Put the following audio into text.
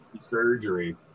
surgery